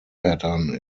pattern